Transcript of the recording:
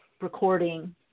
recording